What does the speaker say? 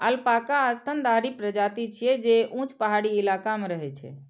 alpaca स्तनधारी प्रजाति छियै, जे ऊंच पहाड़ी इलाका मे रहै छै